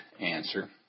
answer